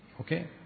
okay